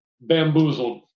bamboozled